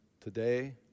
Today